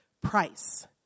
price